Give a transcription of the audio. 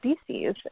species